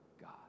God